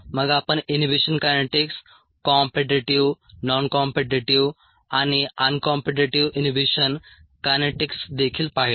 मग आपण inhibition kinetics competitive non competitive आणि अनकॉम्पीटिटीव्ह इनहिबिशन कायनेटिक्स देखील पाहिले